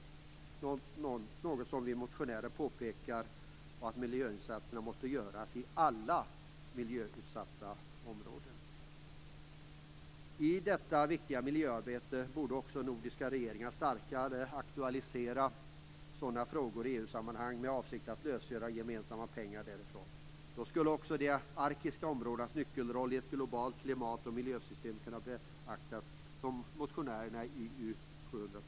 Detta har vi motionärer påpekat. Dessutom måste miljöinsatser göras i alla miljöutsatta områden. I detta viktiga miljöarbete borde också nordiska regeringar starkare aktualisera sådana frågor i EU-samamanhang med avsikten att lösgöra gemensamma pengar därifrån. Då skulle också de arktiska områdenas nyckelroll i ett globalt klimat och miljösystem kunna beaktas, som motionärerna önskar sig i motion U702.